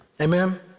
Amen